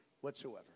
whatsoever